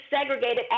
segregated